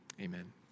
Amen